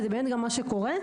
וזה גם מה שקורה.